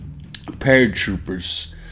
paratroopers